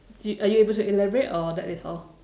did are you able to elaborate or that is all